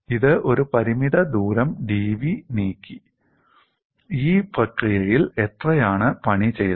ഇത് ഒരു പരിമിത ദൂരം dv നീക്കി ഈ പ്രക്രിയയിൽ എത്രയാണ് പണി ചെയ്തത്